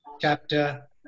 chapter